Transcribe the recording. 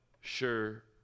sure